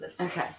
okay